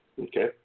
Okay